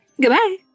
Goodbye